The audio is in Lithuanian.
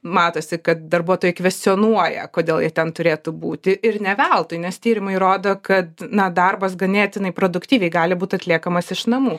matosi kad darbuotojai kvestionuoja kodėl jie ten turėtų būti ir ne veltui nes tyrimai rodo kad na darbas ganėtinai produktyviai gali būt atliekamas iš namų